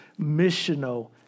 missional